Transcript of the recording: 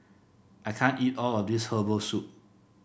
I can't eat all of this Herbal Soup